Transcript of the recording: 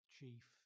Chief